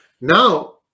now